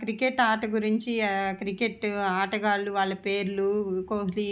cricket ఆట గురించి cricket ఆటగాళ్ళు వాళ్ళ పేర్లు ఇంకోకటి